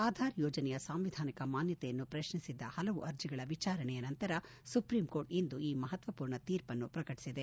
ಆಧಾರ್ ಯೋಜನೆಯ ಸಾಂವಿಧಾನಿಕ ಮಾನ್ನತೆಯನ್ನು ಪ್ರತ್ನಿಸಿದ್ದ ಹಲವು ಅರ್ಜಿಗಳ ವಿಚಾರಣೆಯ ನಂತರ ಸುಪ್ರೀಂಕೋರ್ಟ್ ಇಂದು ಈ ಮಹತ್ತಪೂರ್ಣ ತೀರ್ಪನ್ನು ಪ್ರಕಟಿಸಿದೆ